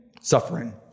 suffering